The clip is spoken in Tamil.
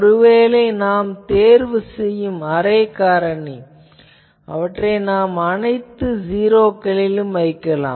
ஒருவேளை நாம் தேர்வு செய்யும் அரே காரணி அவற்றை நாம் அனைத்து ஜீரோக்களில் வைக்கலாம்